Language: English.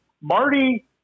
Marty